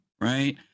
right